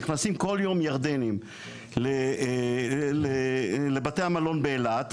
מידי יום נכנסים ירדים לבתי המלון באילת,